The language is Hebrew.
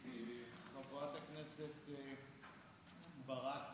חברת הכנסת ברק,